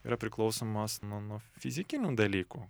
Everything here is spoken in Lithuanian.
yra priklausomas nuo nuo fizikinių dalykų